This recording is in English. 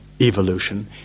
evolution